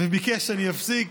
הוא ביקש שאני אפסיק.